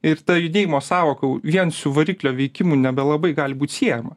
ir ta judėjimo sąvoka vien su variklio veikimu nebelabai gali būt siejama